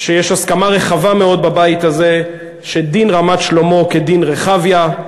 שיש הסכמה רחבה מאוד בבית הזה שדין רמת-שלמה כדין רחביה,